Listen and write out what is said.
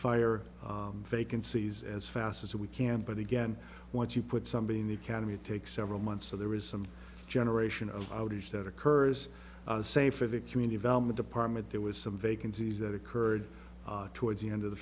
fire vacancies as fast as we can but again once you put somebody in the academy takes several months so there is some generation of outage that occurs say for the community velma department there was some vacancies that occurred towards the end of the